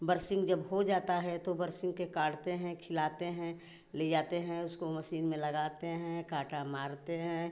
बरसिंग जब हो जाता है तो बरसिंग के काटते हैं खिलाते हैं लियाते हैं उसको मसीन में लगाते हैं काँटा मारते हैं